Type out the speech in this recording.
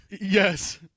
Yes